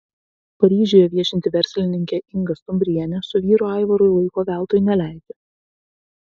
paryžiuje viešinti verslininkė inga stumbrienė su vyru aivaru laiko veltui neleidžia